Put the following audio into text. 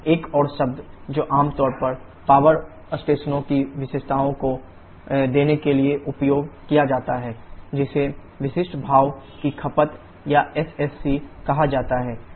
एक और शब्द जो आमतौर पर पवर स्टेशनों की विशिष्टताओं को देने के लिए उपयोग किया जाता है जिसे विशिष्ट भाप की खपत या SSC कहा जाता है